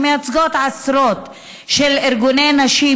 שמייצגות עשרות ארגוני נשים,